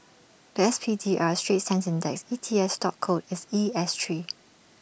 The S P D R straits times index E T F stock code is E S Three